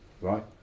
right